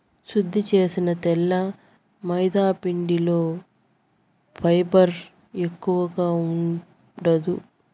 శుద్ది చేసిన తెల్ల మైదాపిండిలో ఫైబర్ ఎక్కువగా ఉండదు